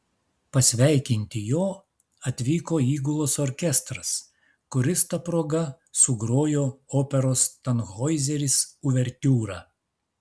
pasveikinti jo atvyko įgulos orkestras kuris ta proga sugrojo operos tanhoizeris uvertiūrą